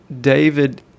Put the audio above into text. David